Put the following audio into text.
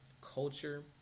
culture